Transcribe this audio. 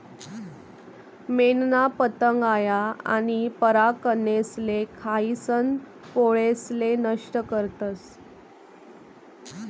मेनना पतंग आया आनी परागकनेसले खायीसन पोळेसले नष्ट करतस